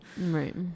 Right